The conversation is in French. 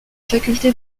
faculté